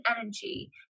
energy